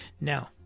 Now